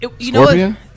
Scorpion